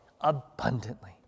Abundantly